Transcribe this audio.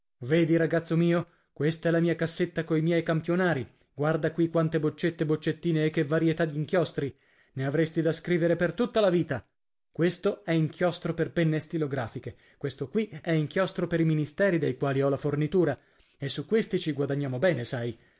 a roma vedi ragazzo mio questa è la mia cassetta coi miei campionari guarda qui quante boccette e boccettine e che varietà d'inchiostri ne avresti da scrivere per tutta la vita questo è inchiostro per penne stilografiche questo qui è inchiostro per i ministeri dei quali ho la fornitura e su questi ci guadagniamo bene sai